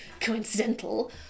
coincidental